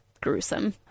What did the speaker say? gruesome